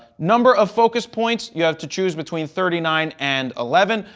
number of focus points you have to choose between thirty nine and eleven.